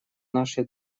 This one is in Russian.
нашей